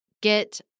get